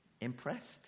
Impressed